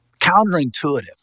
counterintuitive